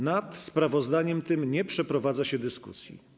Nad sprawozdaniem tym nie przeprowadza się dyskusji.